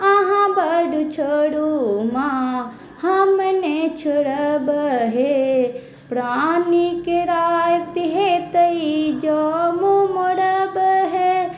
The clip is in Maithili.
अहाँ बड्ड छोड़ू माँ हम नहि छोड़ब हे प्राणके राति हेतै जॅं मुँह मोड़ब हे